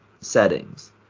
settings